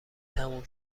تموم